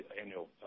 annual